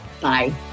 Bye